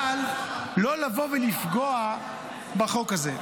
אבל לא לבוא ולפגוע בחוק הזה.